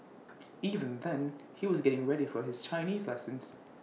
even then he was getting ready for his Chinese lessons